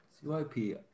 C-Y-P